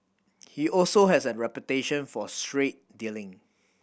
he also has a reputation for straight dealing